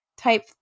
Type